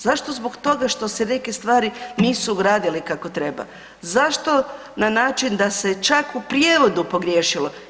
Zašto zbog toga što se neke stvari nisu radile kako treba, zašto na način da se čak u prijevodu pogriješilo.